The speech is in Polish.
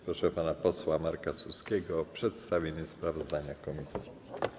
Proszę pana posła Marka Suskiego o przedstawienie sprawozdania komisji.